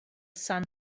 sun